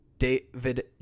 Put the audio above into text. David